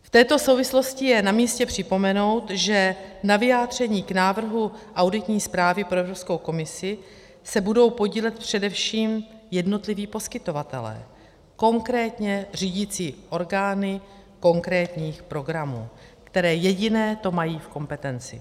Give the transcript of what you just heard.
V této souvislosti je namístě připomenout, že na vyjádření k návrhu auditní zprávy pro Evropskou komisi se budou podílet především jednotliví poskytovatelé, konkrétně řídicí orgány konkrétních programů, které jediné to mají v kompetenci.